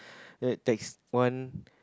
that taxi one